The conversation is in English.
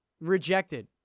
rejected